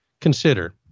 Consider